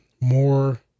more